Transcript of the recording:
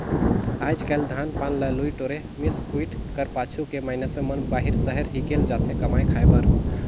आएज काएल धान पान ल लुए टोरे, मिस कुइट कर पाछू के मइनसे मन बाहिर सहर हिकेल जाथे कमाए खाए बर